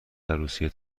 عروسی